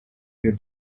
your